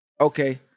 Okay